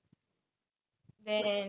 but you were not involved [what]